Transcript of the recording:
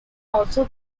also